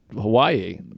Hawaii